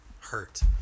hurt